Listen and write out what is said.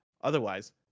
Otherwise